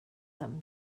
them